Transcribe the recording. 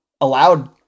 allowed